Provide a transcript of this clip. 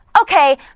Okay